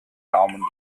daumen